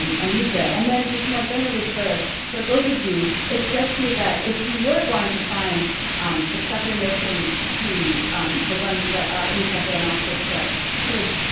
um amnesia. and then just more generally for for both of you, it strikes me that if we were going to find successor notions to um the ones that are in psychoanalysis that could, you